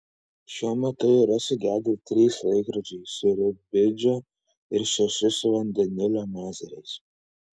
šiuo metu yra sugedę trys laikrodžiai su rubidžio ir šeši su vandenilio mazeriais